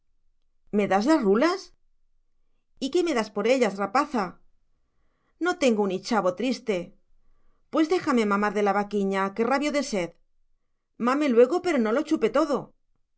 me da las rulas y qué me das por ellas rapaza no tengo un ichavo triste pues déjame mamar de la vaquiña que rabio de sed mame luego pero no lo chupe todo